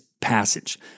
passage